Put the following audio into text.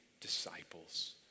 disciples